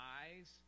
eyes